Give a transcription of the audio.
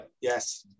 yes